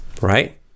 right